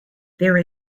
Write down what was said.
there